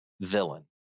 villain